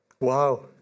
Wow